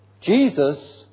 Jesus